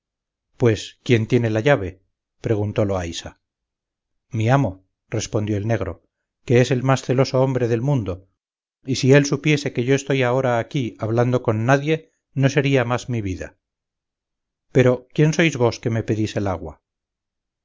pues quién tiene la llave preguntó loaysa mi amo respondió el negro que es el más celoso hombre del mundo y si él supiese que yo estoy ahora aquí hablando con nadie no sería más mi vida pero quién sois vos que me pedís el agua